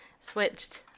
switched